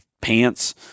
pants